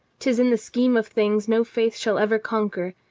tis in the scheme of things no faith shall ever conquer,